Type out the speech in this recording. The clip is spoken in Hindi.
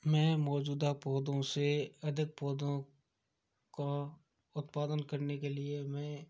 मैं मौजूदा पौधों से अधिक पौधों का उत्पादन करने के लिए मैं